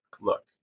look